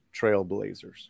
trailblazers